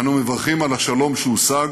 אנו מברכים על השלום שהושג,